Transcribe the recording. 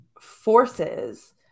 forces